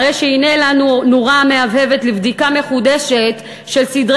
הרי שהנה לנו נורה מהבהבת לבדיקה מחודשת של סדרי